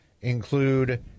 include